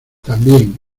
también